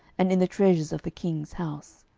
and in the treasures of the king's house.